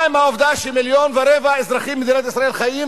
מה עם העובדה שמיליון ורבע אזרחים במדינת ישראל חיים